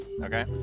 Okay